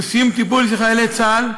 ובסיום טיפול של חיילי צה"ל,